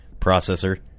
processor